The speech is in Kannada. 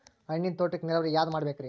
ಹಣ್ಣಿನ್ ತೋಟಕ್ಕ ನೀರಾವರಿ ಯಾದ ಮಾಡಬೇಕ್ರಿ?